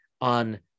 on